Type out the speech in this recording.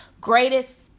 greatest